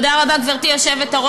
יש הסתייגויות.